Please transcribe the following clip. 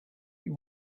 they